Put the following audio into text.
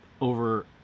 over